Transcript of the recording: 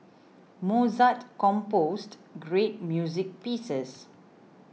Mozart composed great music pieces